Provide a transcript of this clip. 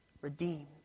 redeemed